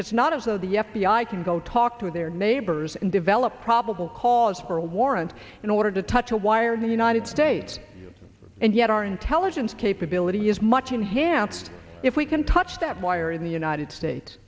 it's not as though the f b i can go talk to their neighbors and develop probable cause for a warrant in order to touch a wired united states and yet our intelligence capability is much enhanced if we can touch that wire in the united states